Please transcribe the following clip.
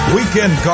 Weekend